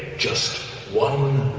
just one